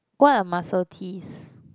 what a muscle Ts